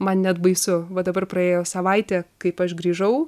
man net baisu va dabar praėjo savaitė kaip aš grįžau